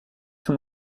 son